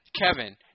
Kevin